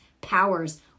powers